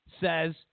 says